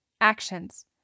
Actions